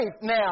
now